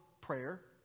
prayer